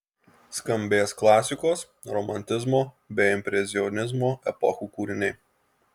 skambės klasikos romantizmo bei impresionizmo epochų kūriniai